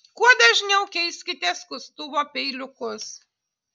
kuo dažniau keiskite skustuvo peiliukus